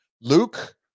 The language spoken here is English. Luke